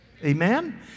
Amen